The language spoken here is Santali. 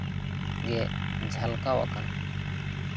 ᱜᱮ ᱡᱷᱟᱞᱠᱟᱣ ᱟᱠᱟᱱᱟ